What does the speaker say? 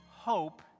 Hope